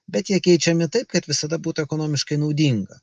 bet jie keičiami taip kad visada būtų ekonomiškai naudinga